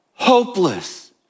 Hopeless